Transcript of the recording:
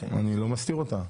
אני לא מסתיר אותה.